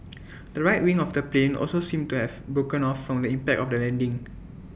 the right wing of the plane also seemed to have broken off from the impact of the landing